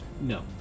No